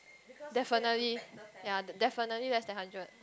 definitely ya definitely less than hundred